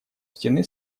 стены